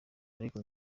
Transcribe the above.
ariko